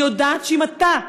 אני יודעת שאם אתה,